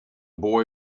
boy